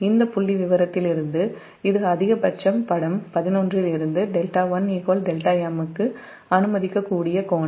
இந்த புள்ளி விவரத்திலிருந்து இது அதிகபட்சம் படம் 11 இலிருந்து δ1 δm க்கு அனுமதிக்கக்கூடிய கோணம்